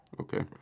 Okay